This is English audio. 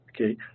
okay